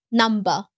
number